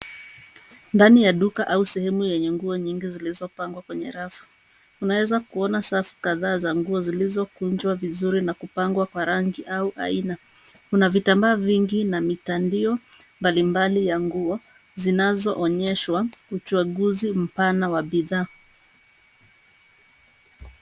Ndani ya duka au sehemu yenye nguo nyingi zilizo pangwa kwenye rafu. Unaezwa kuona safu kadhaa za nguo zilizo kunjwa vizuri na kupangwa kwa rangi au aina, kuna vitambaa vingi na mitandio mbalimbali ya nguo zinazo onyeshwa uchaguzi mpana wa bidhaa.